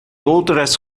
outras